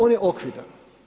On je okviran.